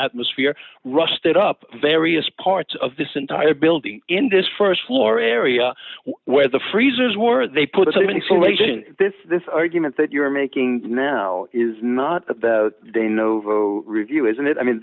atmosphere rusted up various parts of this entire building in this st floor area where the freezers war they put the same information this this argument that you're making now is not the de novo review isn't it i mean